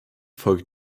folgt